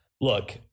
Look